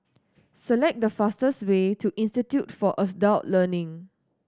select the fastest way to Institute for Adult Learning